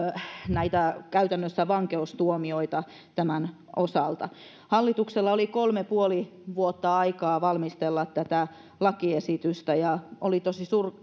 käytännössä vankeustuomioita tämän osalta hallituksella oli kolme ja puoli vuotta aikaa valmistella tätä lakiesitystä ja oli tosi